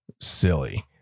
silly